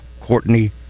Courtney